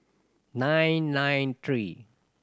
nine nine three